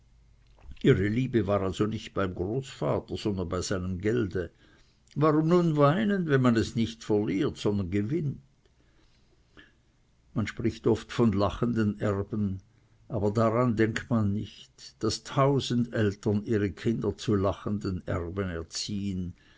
ihre liebe war also nicht beim großvater sondern bei seinem gelde warum nun weinen wenn man es nicht verliert sondern gewinnt man spricht oft von lachenden erben aber daran denkt man nicht daß tausend eltern ihre kinder zu lachenden erben erziehen